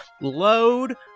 load